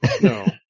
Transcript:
no